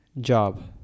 job